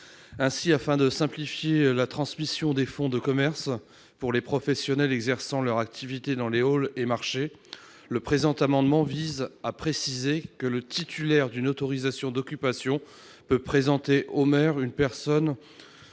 Ainsi, afin de simplifier la transmission des fonds de commerce pour les professionnels exerçant leur activité dans les halles et marchés, le présent amendement vise à préciser que le titulaire d'une autorisation d'occupation peut présenter au maire une personne